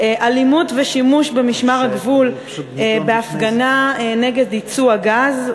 אלימות ושימוש במשמר הגבול בהפגנה נגד ייצוא הגז,